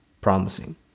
promising